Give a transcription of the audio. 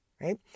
right